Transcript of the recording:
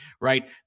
Right